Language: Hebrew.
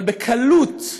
אבל בקלות,